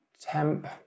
temp